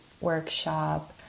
workshop